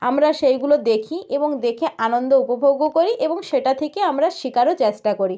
আমরা সেইগুলো দেখি এবং দেখে আনন্দ উপভোগও করি এবং সেটা থেকে আমরা শেখারও চেষ্টা করি